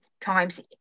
times